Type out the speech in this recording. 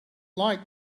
like